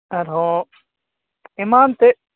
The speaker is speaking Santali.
ᱟᱨᱦᱚᱸ ᱮᱢᱟᱛᱮᱫ